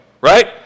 right